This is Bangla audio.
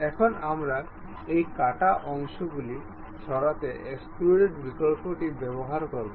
এখন আমরা এই কাটা অংশগুলি সরাতে এক্সট্রুড বিকল্পটি ব্যবহার করব